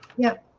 yep